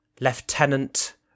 Lieutenant